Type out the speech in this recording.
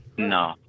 No